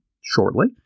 shortly